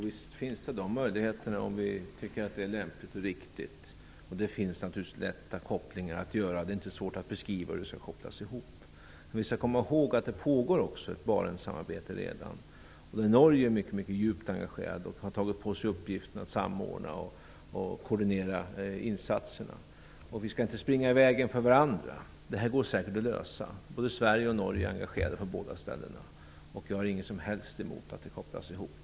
Fru talman! Visst finns möjligheterna, om vi tycker att det är lämpligt och riktigt att göra det. Det är inte svårt att beskriva hur det skall kopplas ihop. Vi skall komma ihåg att det redan pågår ett Barentssamarbete där Norge är mycket djupt engagerat och har tagit på sig uppgiften att samordna och koordinera insatserna, och vi skall inte springa i vägen för varandra. Detta går säkert att lösa. Både Sverige och Norge är engagerade på båda ställena. Jag har inget som helst emot att det kopplas ihop.